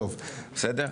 בסדר?